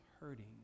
hurting